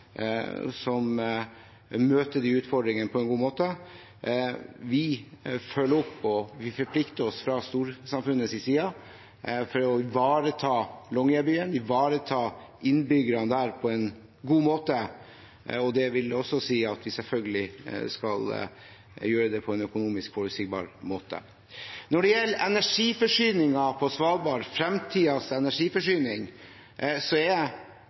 som møter utfordringene på en god måte. Vi følger opp og forplikter oss fra storsamfunnets side på å ivareta Longyearbyen og innbyggerne der på en god måte. Det vil si at vi selvfølgelig skal gjøre det på en økonomisk forutsigbar måte. Når det gjelder framtidens energiforsyning på Svalbard, er